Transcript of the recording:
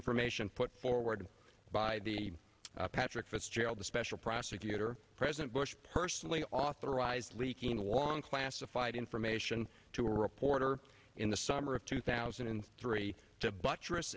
information put forward by the patrick fitzgerald the special prosecutor president bush personally authorized leaking long classified information to a reporter in the summer of two thousand and three to bu